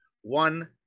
one